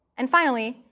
and finally,